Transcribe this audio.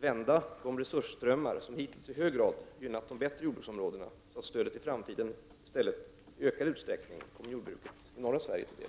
vända de resursströmmar som hittills i hög grad gynnat de bättre jordbruksområdena, så att stödet i framtiden i stället i ökad utsträckning kommer jordbruket i norra Sverige till del.